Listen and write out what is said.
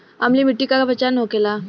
अम्लीय मिट्टी के का पहचान होखेला?